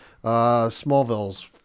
Smallville's